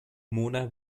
mona